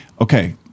okay